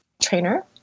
trainer